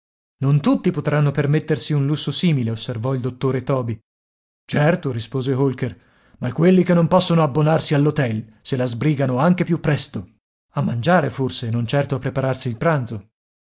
non tutti potranno permettersi un lusso simile osservò il dottore toby certo rispose holker ma quelli che non possono abbonarsi all'htel se la sbrigano anche più presto a mangiare forse non certo a prepararsi il pranzo